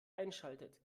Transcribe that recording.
einschaltet